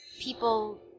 people